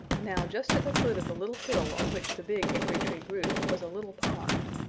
now just at the foot of the little hill on which the big hickory tree grew was a little pond.